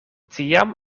tiam